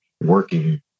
working